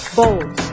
bold